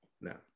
no